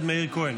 מאיר כהן.